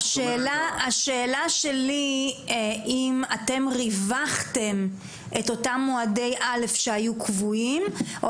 השאלה שלי היא אם אתם ריווחתם את אותם מועדי א' שהיו קבועים או